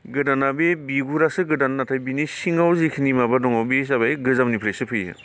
गोदाना बे बिगुरासो गोदान नाथाय बिनि सिङाव जिखिनि माबा दङ बे जाबाय गोजामनिफ्रायसो फैयो